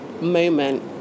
moment